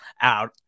out